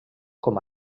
com